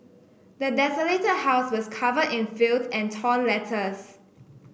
the desolated house was covered in filth and torn letters